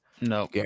no